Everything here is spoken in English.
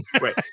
Right